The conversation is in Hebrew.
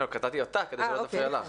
לא, קטעתי אותה כדי שלא תפריע לך.